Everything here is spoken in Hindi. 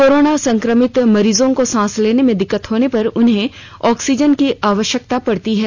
कोरोना संक्रमित मरीजों को सांस लेने में दिक्कत होने पर उन्हें ऑक्सीजन की आवश्यकता पड़ती है